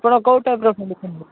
ଆପଣ କେଉଁ ଟାଇପ୍ର କିଣିବେ